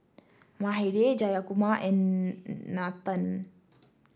Mahade Jayakumar and Nathan